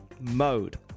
mode